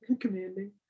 commanding